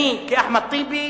אני כאחמד טיבי